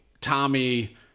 Tommy